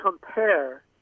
compare